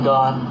God